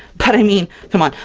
but i mean come on!